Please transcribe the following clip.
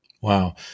Wow